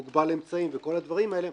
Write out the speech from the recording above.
מוגבל אמצעים וכל הדברים האלה,